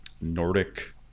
Nordic